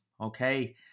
Okay